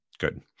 Good